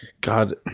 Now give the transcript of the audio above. God